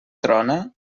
trona